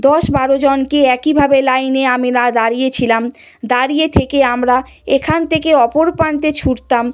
দশ বারো জনকে একই ভাবে লাইনে আমি দাঁড়িয়ে ছিলাম দাঁড়িয়ে থেকে আমরা এখান থেকে অপর প্রান্তে ছুটতাম